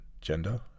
gender